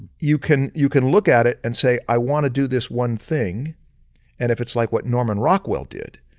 you can you can look at it and say i want to do this one thing and if it's like what norman rockwell did.